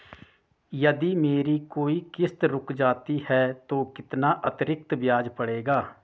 यदि मेरी कोई किश्त रुक जाती है तो कितना अतरिक्त ब्याज पड़ेगा?